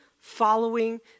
following